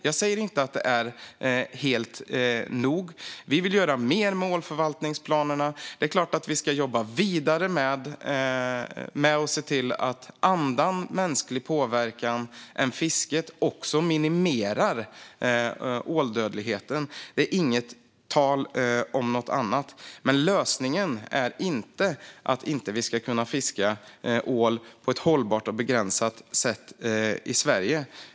Jag säger inte att det är nog. Vi vill göra mer med ålförvaltningsplanerna. Det är klart att vi ska jobba vidare med att se till att annan mänsklig påverkan än fisket också minimerar åldödligheten. Det är inte tal om något annat. Men lösningen är inte att vi inte ska kunna fiska ål på ett hållbart och begränsat sätt i Sverige.